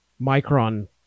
Micron